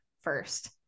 first